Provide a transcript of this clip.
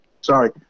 Sorry